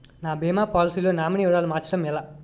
నా భీమా పోలసీ లో నామినీ వివరాలు మార్చటం ఎలా?